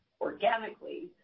organically